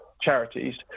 charities